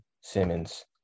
Simmons